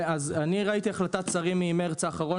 אני ראיתי החלטת שרים מחודש מרץ האחרון